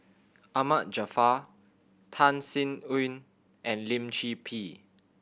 Ahmad Jaafar Tan Sin Aun and Lim Chor Pee